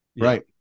Right